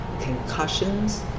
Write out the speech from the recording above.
concussions